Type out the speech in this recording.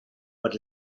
but